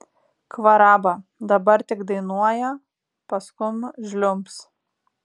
kvaraba dabar tik dainuoja paskum žliumbs